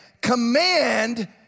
command